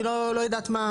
אני לא יודעת מה,